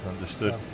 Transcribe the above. understood